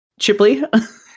Chipley